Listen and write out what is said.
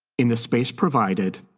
in the space provided,